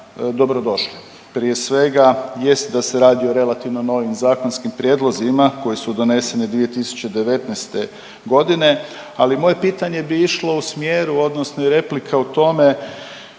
dobrodošla. Prije svega, jest da se radi o relativno novim zakonskim prijedlozima koji su doneseni 2019. g., ali moje pitanje bi išlo u smjeru odnosno i replika u tome